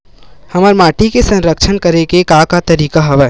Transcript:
हमर माटी के संरक्षण करेके का का तरीका हवय?